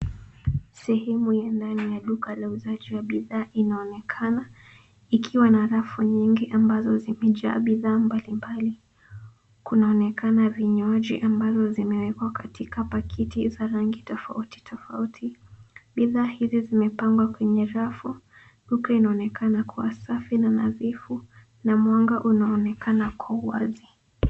Sehemu ya ndani ya duka la uuzaji wa bidhaa inaonekana, ikiwa na rafu nyingi ambazo zimejaa bidhaa mbalimbali. Kunaonekana vinywaji ambazo zimewekwa katika pakiti za rangi tofauti tofauti. Bidhaa hizi zimepangwa kwenye rafu, duka inaonekana kuwa safi na nadhifu na mwanga unaonekana kwa uwazi.